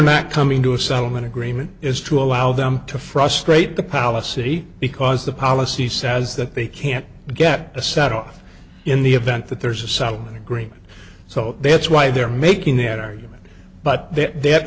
not coming to a settlement agreement is to allow them to frustrate the policy because the policy says that they can't get a set off in the event that there's a solomon agreement so that's why they're making that argument but th